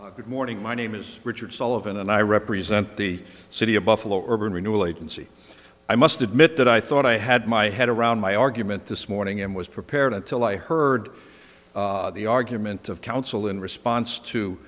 sullivan good morning my name is richard sullivan and i represent the city of buffalo urban renewal agency i must admit that i thought i had my head around my argument this morning and was prepared until i heard the arguments of counsel in response to